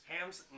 Hams